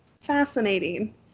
fascinating